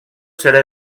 serà